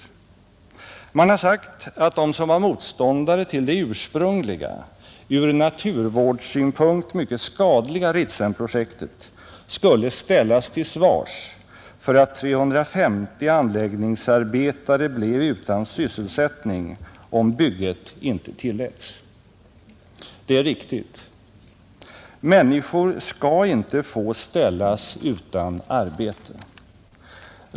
Man har sagt att de som var motståndare till det ursprungliga, ur naturvårdssynpunkt mycket skadliga Ritsemprojektet skulle ställas till svars för att 350 anläggningsarbetare blev utan sysselsättning, om bygget inte tilläts. Det är riktigt. Människor skall inte få ställas utan arbete.